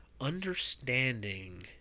understanding